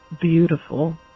beautiful